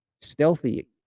stealthy